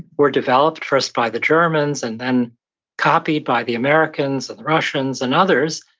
were developed first by the germans, and then copied by the americans, the russians and others,